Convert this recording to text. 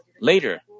later